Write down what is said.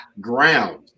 ground